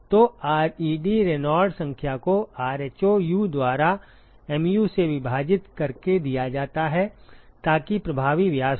तो ReD Reynolds संख्या को rho U द्वारा mu से विभाजित करके दिया जाता है ताकि प्रभावी व्यास हो